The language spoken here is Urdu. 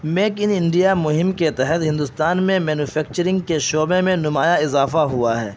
میک ان انڈیا مہم کے تحت ہندوستان میں مینوفیکچرنگ کے شعبے میں نمایاں اضافہ ہوا ہے